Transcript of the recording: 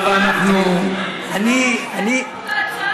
אני, סטטוס קוו.